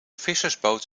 vissersboot